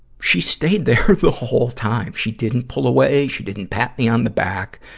she stayed there the whole time. she didn't pull away, she didn't pat me on the back.